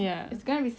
that's a good one